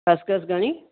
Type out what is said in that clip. खसिखसि घणी